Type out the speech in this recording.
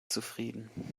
zufrieden